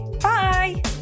bye